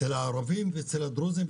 אצל הערבים ואצל הדרוזים.